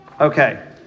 Okay